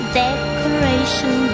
decoration